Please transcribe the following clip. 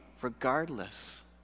regardless